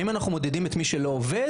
האם אנחנו מודדים את מי שלא עובד?